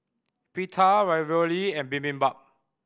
Pita Ravioli and Bibimbap